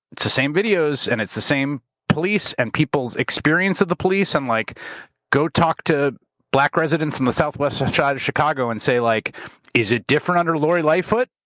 it's the same videos and it's the same police and people's experience of the police, and like go talk to black residents on the southwest side of chicago and say, like is it different under lori lightfoot,